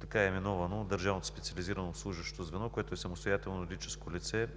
така е именувано, от Държавното специализирано обслужващо звено, което е самостоятелно юридическо лице,